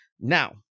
Now